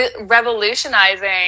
revolutionizing